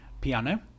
Piano